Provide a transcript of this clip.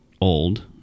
old